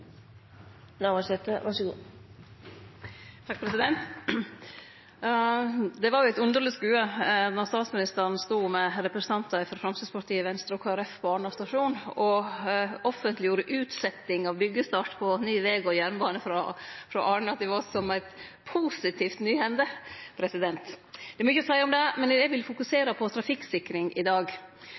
Navarsete – til oppfølgingsspørsmål. Det var eit underleg skue då statsministeren stod med representantar frå Framstegspartiet, Venstre og Kristeleg Folkeparti på Arna stasjon og offentleggjorde utsetjing av byggjestart på ny veg og jernbane frå Arna til Voss som eit positiv nyhende. Det er mykje å seie om det, men eg vil fokusere på trafikksikring i dag.